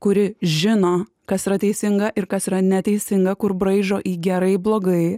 kuri žino kas yra teisinga ir kas yra neteisinga kur braižo į gerai blogai